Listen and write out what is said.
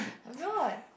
I'm not